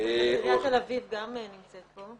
עיריית תל אביב גם נמצאת פה.